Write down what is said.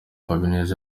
habineza